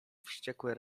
wściekłe